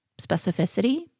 specificity